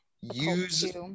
use